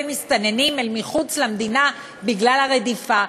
מסתננים אל מחוץ למדינה בגלל הרדיפה,